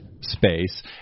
space